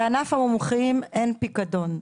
בענף המומחים אין פיקדון.